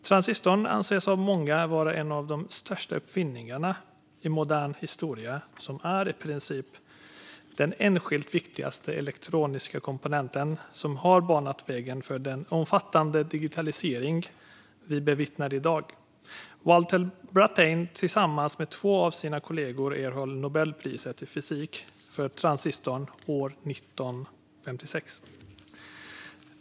Transistorn anses av många vara en av de största uppfinningarna i modern historia, i princip den enskilt viktigaste elektroniska komponent som har banat väg för den omfattande digitalisering som vi bevittnar i dag. Walter Brattain erhöll tillsammans med två av sina kollegor Nobelpriset i fysik för transistorn år 1956.